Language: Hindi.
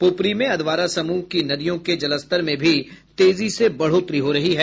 पुपरी में अधवारा समूह नदी के जलस्तर में भी तेजी से बढ़ोतरी हो रही है